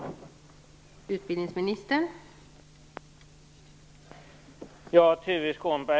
Hur?